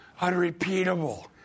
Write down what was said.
unrepeatable